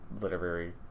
literary